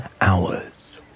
hours